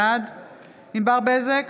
בעד ענבר בזק,